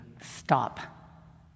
stop